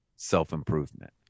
self-improvement